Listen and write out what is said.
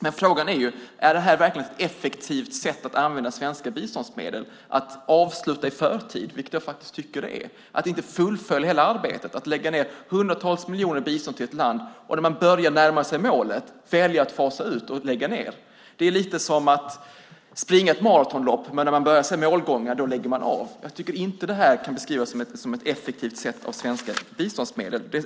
Men frågan är om det verkligen är ett effektivt sätt att använda svenska biståndsmedel att avsluta i förtid. Jag tycker faktiskt inte att man fullföljer hela arbetet. Man har lagt ned hundratals miljoner i bistånd till ett land, och när man börjar närma sig målet väljer man att fasa ut och lägga ned. Det är lite som att springa ett maratonlopp, men när man börjar se målgången lägger man av. Jag tycker inte att det här kan beskrivas som ett effektivt sätt att använda svenska biståndsmedel.